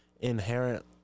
inherent